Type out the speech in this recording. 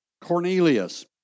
Cornelius